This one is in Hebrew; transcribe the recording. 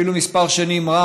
אפילו מספר רב של שנים,